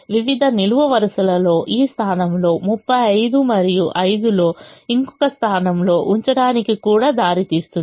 వివిధ నిలువు వరుసలలో ఈ స్థానం లో 35 మరియు 5 లో ఇంకొక స్థానం లో ఉంచడానికి కూడా దారి తీస్తుంది